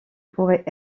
pourrait